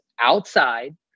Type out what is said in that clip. outside